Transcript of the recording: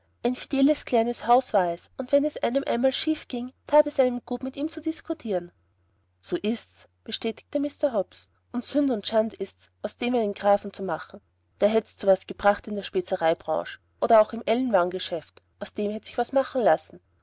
ein fideles kleines haus war es und wenn es einem einmal schief ging that es einem gut mit ihm zu diskutieren so ist's bestätigte mr hobbs und sünd und schand ist's aus dem einen grafen zu machen der hätt's zu was gebracht in der spezereibranche oder auch im ellenwarengeschäft aus dem hätte sich was machen lassen